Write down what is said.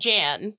Jan